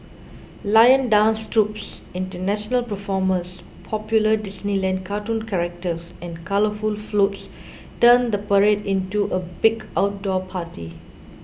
lion dance troupes international performers popular Disneyland cartoon characters and colourful floats turn the parade into a big outdoor party